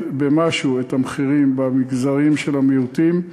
במשהו את המחירים במגזרים של המיעוטים,